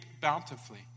bountifully